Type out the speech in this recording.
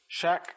Shaq